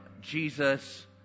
Jesus